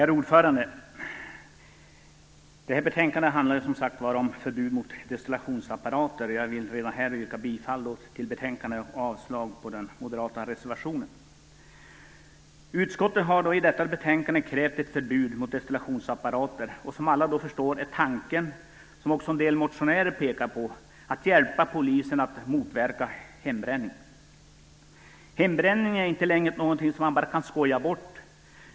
Herr talman! Detta betänkande handlar om förbud mot destillationsapparater. Jag yrkar redan här bifall till utskottets hemställan och avslag på den moderata reservationen. Utskottet har i detta betänkande krävt ett förbud mot destillationsapparater. Som alla förstår är tanken, som också en del motionärer pekar på, att hjälpa polisen att motverka hembränning. Hembränning är inte längre någonting som bara kan skoja bort.